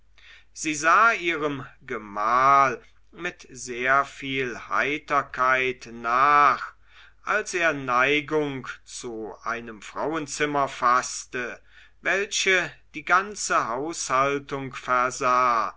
sie sah ihrem gemahl mit sehr viel heiterkeit nach als er neigung zu einem frauenzimmer faßte welche die ganze haushaltung